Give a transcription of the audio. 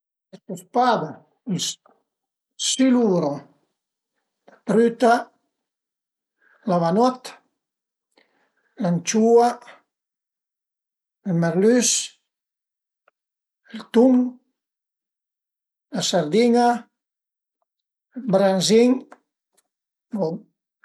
Pesce spada, siluro, trüta, avanot, l'ënciua, ël merlüs, ël tun, la sardin-a, branzin bon